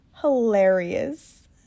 hilarious